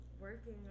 working